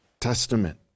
Testament